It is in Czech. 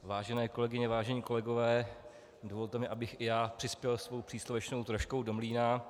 Vážené kolegyně, vážení kolegové, dovolte mi, abych i já přispěl svou příslovečnou troškou do mlýna.